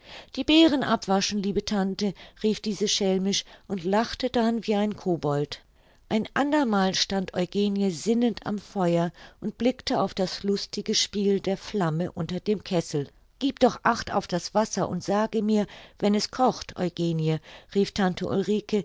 die beeren abwaschen liebe tante rief diese schelmisch und lachte dann wie ein kobold ein ander mal stand eugenie sinnend am feuer und blickte auf das lustige spiel der flamme unter dem kessel gieb doch acht auf das wasser und sage mir wenn es kocht eugenie rief tante ulrike